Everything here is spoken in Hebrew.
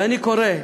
ואני קורא,